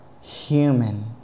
human